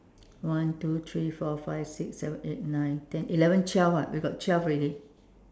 one two three four five six seven eight nine ten eleven twelve [what] we got twelve already